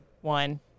One